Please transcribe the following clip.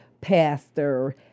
Pastor